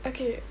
okay